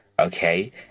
Okay